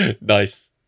nice